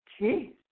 Jeez